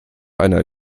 einer